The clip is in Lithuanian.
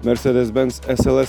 mercedes benz sls